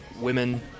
women